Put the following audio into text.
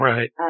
Right